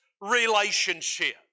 relationship